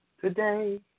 today